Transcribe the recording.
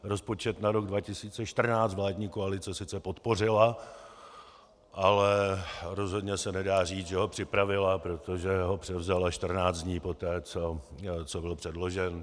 Rozpočet na rok 2014 vládní koalice sice podpořila, ale rozhodně se nedá říct, že ho připravila, protože ho převzala čtrnáct dní poté, co byl předložen.